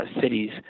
cities